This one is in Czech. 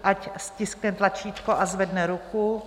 Ať stiskne tlačítko a zvedne ruku.